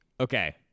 Okay